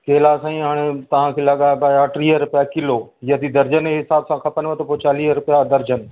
केला साईं हाणे तव्हांखे लॻाइबा टीह रुपया किलो या दर्जन जे हिसाब सां खपंदव त चालीह रुपया दर्जन